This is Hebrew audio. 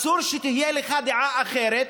אסור שתהיה לך דעה אחרת,